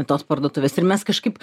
tos parduotuvės ir mes kažkaip